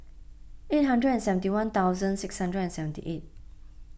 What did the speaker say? eight hundred and seventy one thousand six hundred and seventy eight